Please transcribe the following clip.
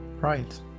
right